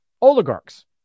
oligarchs